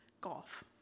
Golf